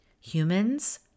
Humans